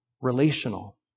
relational